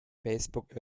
facebook